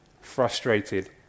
frustrated